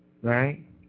Right